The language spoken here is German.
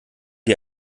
dir